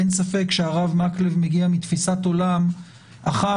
אין ספק שהרב מקלב מגיע מתפיסת עולם אחת,